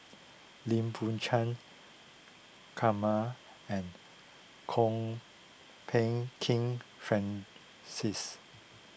Lim Biow Chuan Kumar and Kwok Peng Kin Francis